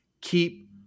keep